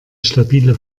stabile